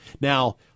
Now